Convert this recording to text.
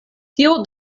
tio